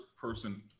person